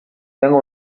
tengo